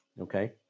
okay